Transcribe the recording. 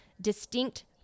distinct